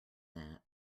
that